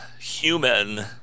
human